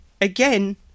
again